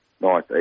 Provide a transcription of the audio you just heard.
nice